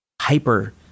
hyper